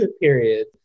period